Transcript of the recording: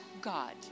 God